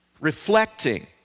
reflecting